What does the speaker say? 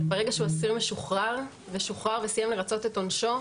ברגע שהוא אסיר משוחרר ושוחרר וסיים לרצות את עונשו,